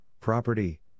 property